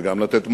וגם לתת מענה.